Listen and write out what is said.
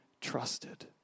trusted